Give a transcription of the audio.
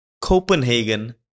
Copenhagen